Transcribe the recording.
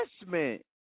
investment